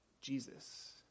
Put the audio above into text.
Jesus